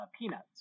Peanuts